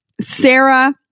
Sarah